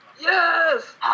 Yes